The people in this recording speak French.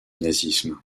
nazisme